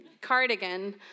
cardigan